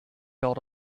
built